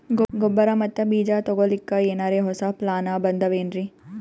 ಗೊಬ್ಬರ ಮತ್ತ ಬೀಜ ತೊಗೊಲಿಕ್ಕ ಎನರೆ ಹೊಸಾ ಪ್ಲಾನ ಬಂದಾವೆನ್ರಿ?